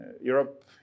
Europe